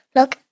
Look